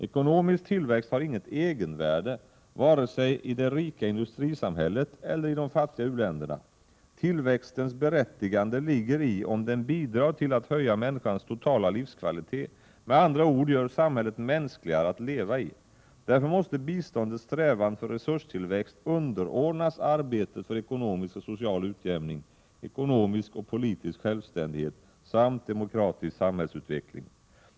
Ekonomisk tillväxt har inget egenvärde, vare sig i det rika industrisamhället eller i de fattiga u-länderna. Tillväxtens berättigande ligger i om den bidrar till att höja människans totala livskvalitet, med andra ord gör samhället mänskligare att leva i. Därför måste biståndets strävan för resurstillväxt underordnas arbetet för ekonomisk och social utjämning, ekonomisk och politisk självständighet samt demokratisk samhällsutveckling.